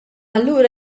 allura